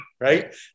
right